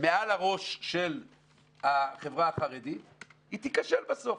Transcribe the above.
מעל הראש של החברה החרדית היא תיכשל בסוף.